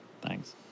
thanks